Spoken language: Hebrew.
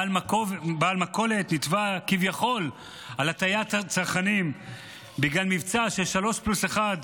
בעל מכולת נתבע כביכול על הטעיית צרכנים בגלל מבצע של שלוש פלוס אחת,